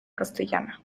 castellana